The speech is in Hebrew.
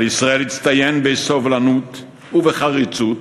על ישראל להצטיין בסובלנות ובחריצות,